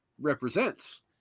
represents